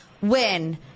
win